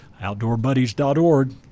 outdoorbuddies.org